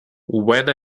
when